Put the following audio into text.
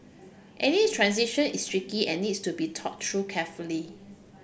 any transition is tricky and needs to be thought through carefully